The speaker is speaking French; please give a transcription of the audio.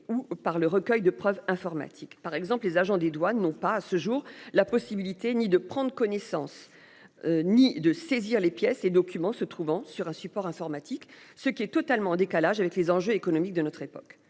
ou par le recueil de preuves informatiques par exemple les agents des douanes, non pas à ce jour la possibilité ni de prendre connaissance. Ni de saisir les pièces et documents se trouvant sur un support informatique, ce qui est totalement en décalage avec les enjeux économiques de notre époque.